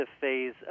phase